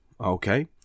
okay